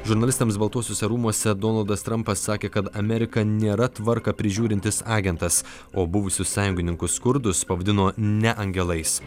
žurnalistams baltuosiuose rūmuose donaldas trampas sakė kad amerika nėra tvarką prižiūrintis agentas o buvusius sąjungininkus kurdus pavadino ne angelais